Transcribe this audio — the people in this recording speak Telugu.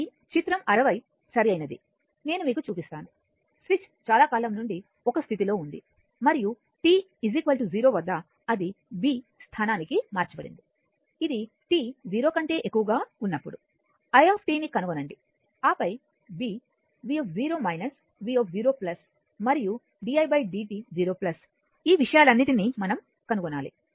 కాబట్టి చిత్రం 60 సరైనది నేను మీకు చూపిస్తాను స్విచ్ చాలా కాలం నుండి ఒక స్థితిలో ఉంది మరియు t 0 వద్ద అది b స్థానానికి మార్చబడింది ఇది t 0 కంటే ఎక్కువగా ఉన్నప్పుడు i ని కనుగొనండి ఆపై b v v0 మరియు didt0 ఈ విషయాలన్నింటినీ మనం కనుగొనాలి